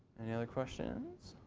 any other questions.